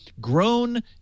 grown